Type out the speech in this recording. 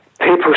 people